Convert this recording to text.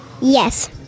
Yes